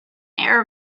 air